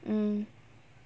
mm